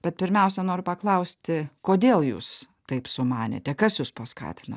bet pirmiausia noriu paklausti kodėl jūs taip sumanėte kas jus paskatino